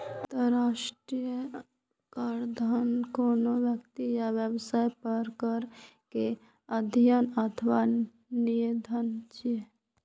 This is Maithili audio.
अंतरराष्ट्रीय कराधान कोनो व्यक्ति या व्यवसाय पर कर केर अध्ययन अथवा निर्धारण छियै